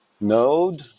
node